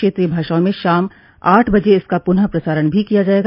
क्षेत्रीय भाषओं में शाम आठ बजे इसका पुनः प्रसारण भी किया जायेगा